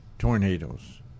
tornadoes